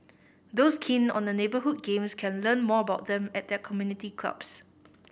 those keen on the neighbourhood games can learn more about them at their community clubs